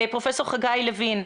פרופסור חגי לוין,